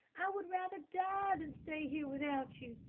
i would rather die than stay here without you.